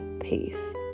Peace